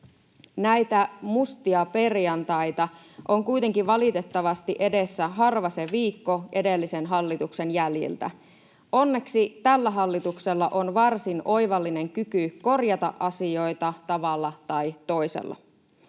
Näitä mustia perjantaita on kuitenkin valitettavasti edessä harva se viikko edellisen hallituksen jäljiltä. Onneksi tällä hallituksella on varsin oivallinen kyky korjata asioita tavalla tai toisella.